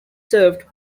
served